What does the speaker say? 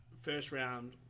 first-round